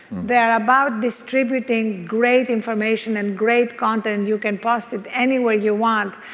they're about distributing great information and great content. you can post it any way you want,